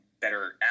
better